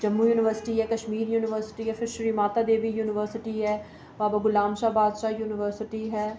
Jammu university ऐ Kashmir university ते फिर माता वैष्णो देवी यूनिवर्सिटी ऐ बाबा गुलाम शाह बादशाह यूनिवर्सिटी ऐ